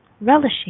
Relishing